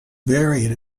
buried